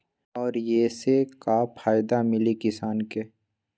और ये से का फायदा मिली किसान के?